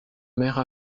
mère